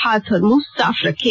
हाथ और मुंह साफ रखें